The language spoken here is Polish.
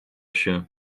się